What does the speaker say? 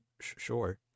sure